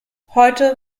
heute